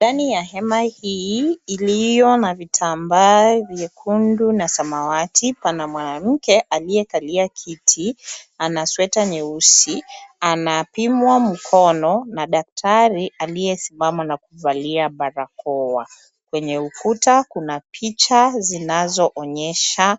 Ndani ya hema hii iliyo na vitambaa vyekundu na samawati pana mwanamke aliyekalia kiti, ana sweta nyeusi, anapimwa mkono na daktari aliyesimama na kuvalia barakoa. Kwenye ukuta kuna picha zinazoonyesha